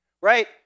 Right